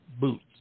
boots